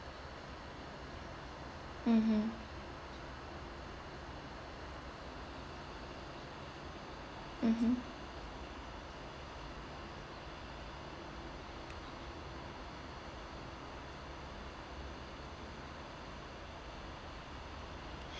mm mm mmhmm